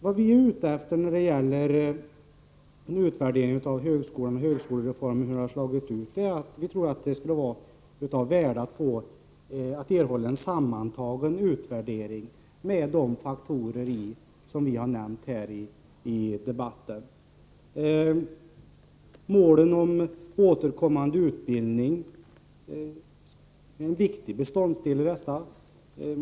Vad vi är ute efter när det gäl er en utvärdering av högskolereformen är att vi tror att det skulle vara av värde att erhålla en sammantagen utvärdering som belyser de faktorer vi har nämnt här i debatten. Målen om återkommande utbildning är en viktig beståndsdel i detta.